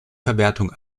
verwertung